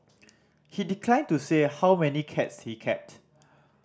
he declined to say how many cats he kept